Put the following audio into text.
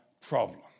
problem